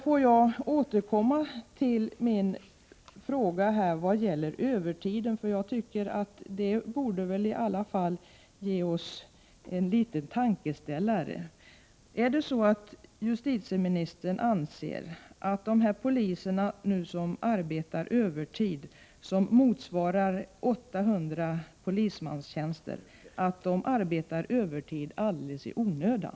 Får jag sedan återkomma till min fråga om övertiden. Övertiden borde i alla fall ge oss en liten tankeställare. Anser justitieministern att de poliser som arbetar på övertid, motsvarande 800 polismanstjänster, gör detta alldeles i onödan?